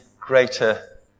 greater